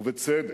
ובצדק,